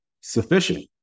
sufficient